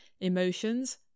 emotions